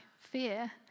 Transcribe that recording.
fear